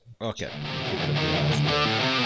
Okay